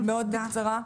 בקצרה,